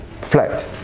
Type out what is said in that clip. flat